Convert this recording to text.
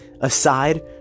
aside